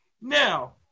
Now